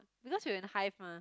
because we were in hive mah